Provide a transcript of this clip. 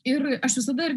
ir aš visada